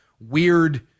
weird